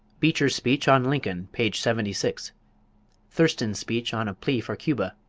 beecher's speech on lincoln, page seventy six thurston's speech on a plea for cuba,